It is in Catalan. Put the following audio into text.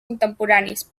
contemporanis